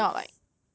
bear gifts